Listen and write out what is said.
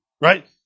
right